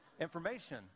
information